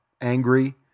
angry